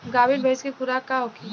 गाभिन भैंस के खुराक का होखे?